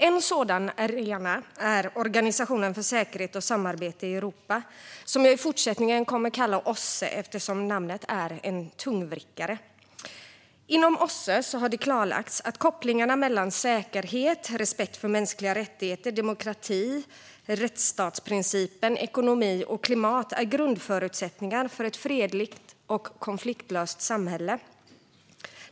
En sådan arena är Organisationen för säkerhet och samarbete i Europa, som jag i fortsättningen kommer att kalla OSSE eftersom namnet är en tungvrickare. Inom OSSE har det klarlagts att kopplingarna mellan säkerhet, respekt för mänskliga rättigheter, demokrati, rättsstatsprincipen, ekonomi och klimat är grundförutsättningar för ett fredligt och konfliktlöst samhälle.